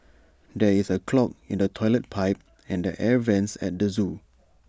there is A clog in the Toilet Pipe and the air Vents at the Zoo